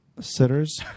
Sitters